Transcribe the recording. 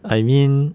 I mean